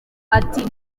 ati